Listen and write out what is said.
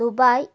Dubai